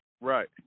Right